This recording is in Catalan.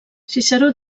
ciceró